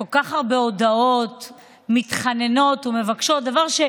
כל כך הרבה הודעות מתחננות ומבקשות דבר שהוא